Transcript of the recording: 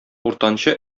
уртанчы